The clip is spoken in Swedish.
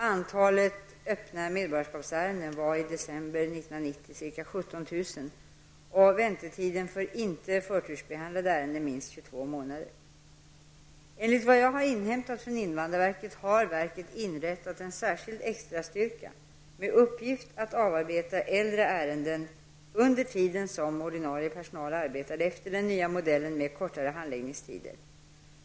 Antalet öppna medborgarskapsärenden var i december 1990 ca Enligt vad jag har inhämtat från invandrarverket har verket inrättat en särskild extrastyrka med uppgift att avarbeta äldre ärenden under tiden som ordinarie personal arbetar efter den nya modellen med kortare handläggningstider.